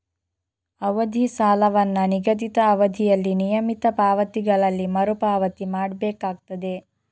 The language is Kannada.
ಅವಧಿ ಸಾಲವನ್ನ ನಿಗದಿತ ಅವಧಿಯಲ್ಲಿ ನಿಯಮಿತ ಪಾವತಿಗಳಲ್ಲಿ ಮರು ಪಾವತಿ ಮಾಡ್ಬೇಕಾಗ್ತದೆ